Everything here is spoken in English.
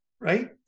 right